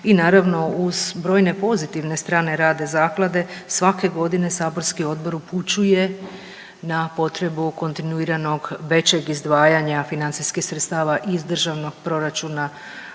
i naravno uz brojne pozitivne rada zaklade svake godine saborski odbor upućuje na potrebu kontinuiranog većeg izdvajanja financijskih sredstava iz državnog proračuna